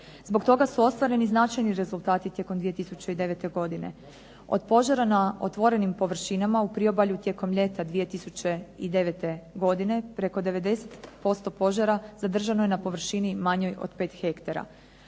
Zbog toga su ostvareni značajni rezultati tijekom 2009. godine. Od požara na otvorenim površinama u priobalju tijekom ljeta 2009. godine preko 90% požara zadržano je na površini manjoj od 5 hektara.